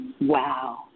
Wow